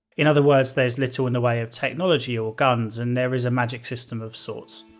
in other words, there's little in the way of technology or guns, and there is a magic system of sorts.